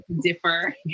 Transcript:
Differ